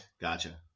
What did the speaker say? Gotcha